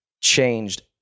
changed